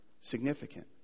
significant